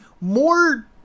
more